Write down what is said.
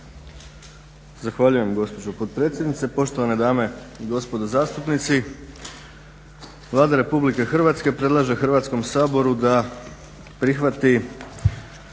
Zahvaljujem gospođo potpredsjednice, poštovane dame i gospodo zastupnici. Vlada Republike Hrvatske predlaže Hrvatskom saboru da prihvati